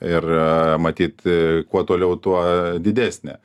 ir ee matyt e kuo toliau tuo didesnė